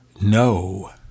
No